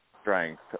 strength